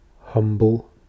Humble